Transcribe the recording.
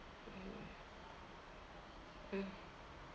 mm